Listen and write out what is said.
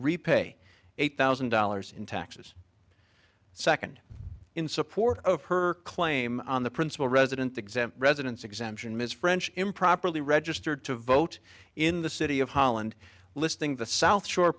repay eight thousand dollars in taxes second in support of her claim on the principal residence exam residence exemption ms french improperly registered to vote in the city of holland listing the south shore